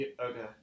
Okay